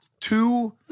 two